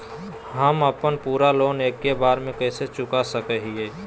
हम अपन पूरा लोन एके बार में कैसे चुका सकई हियई?